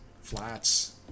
flats